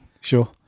sure